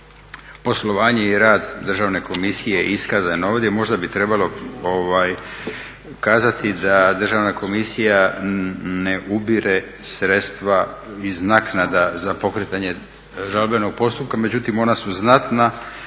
Poslovanje i rad Državne komisije je iskazan ovdje. Možda bi trebalo kazati da Državna komisija ne ubire sredstva iz naknada za pokretanje žalbenog postupka, međutim ona su znatna